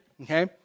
okay